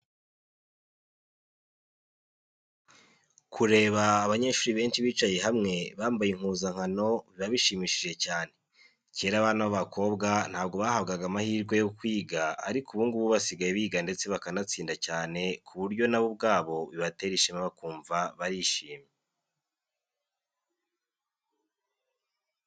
Kureba abanyeshuri benshi bicaye hamwe, bambaye impuzankano biba bishimishije cyane. Kera abana b'abakobwa ntabwo bahabwaga amahirwe yo kwiga ariko ubu ngubu basigaye biga ndetse bakanatsinda cyane ku buryo na bo ubwabo bibatera ishema bakumva barishimye.